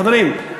חברים,